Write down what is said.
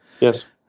Yes